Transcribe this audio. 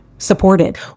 Supported